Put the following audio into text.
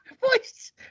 Voice